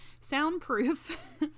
soundproof